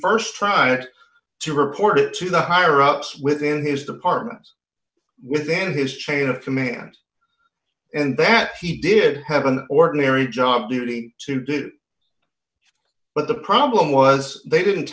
he st tried to report it to the higher ups within his department within his chain of command and that he did have an ordinary job merely to do it but the problem was they didn't